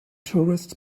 tourists